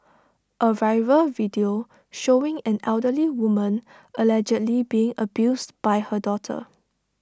A viral video showing an elderly woman allegedly being abused by her daughter